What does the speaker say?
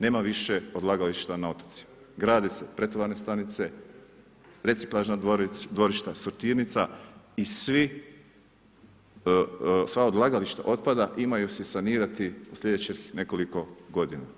Nema više odlagališta na otocima, grade se pretovarne stanice, reciklažna dvorišta, sortirnica i sva odlagališta otpada imaju se sanirati slijedećih nekoliko godina.